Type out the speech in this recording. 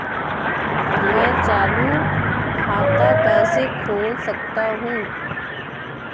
मैं चालू खाता कैसे खोल सकता हूँ?